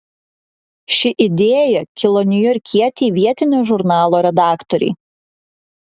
ši idėja kilo niujorkietei vietinio žurnalo redaktorei